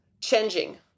changing